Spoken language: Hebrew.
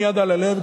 עם יד על הלב,